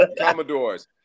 commodores